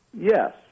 Yes